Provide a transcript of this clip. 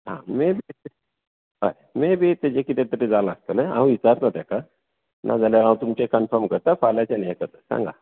आ maybe हय maybe ताजे कितें तरी जालां आसतलें हांव विचारतां ताका नाजाल्यार हांव तुमचें कनफर्म करता फाल्यांच्यान हें करता सांगा